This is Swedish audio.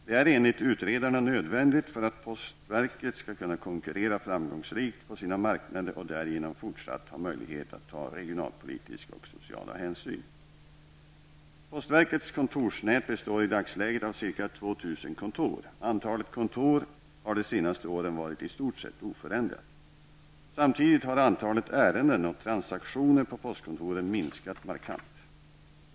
Det är enligt utredarna nödvändigt för att postverket skall kunna konkurrera framgångsrikt på sina marknader och därigenom fortsatt ha möjlighet att ta regionalpolitiska och sociala hänsyn. 2 000 kontor. Antalet kontor har de senaste åren varit i stort sett oförändrat. Samtidigt har antalet ärenden och transaktioner på postkontoren minskat markant.